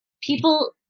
people